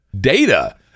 Data